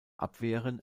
abwehren